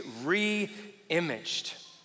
Re-Imaged